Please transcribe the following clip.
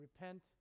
repent